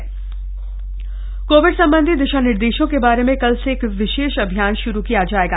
Covid अभियान Covid संबंधी दिशा निर्देशों के बारे में कल से एक विशेष अभियान श्रू किया जाएगा